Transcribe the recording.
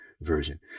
version